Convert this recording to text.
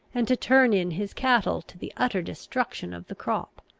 and to turn in his cattle, to the utter destruction of the crop.